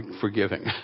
forgiving